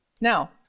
now